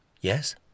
Yes